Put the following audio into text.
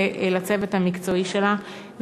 ולצוות המקצועי שלה,